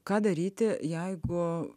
ką daryti jeigu